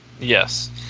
Yes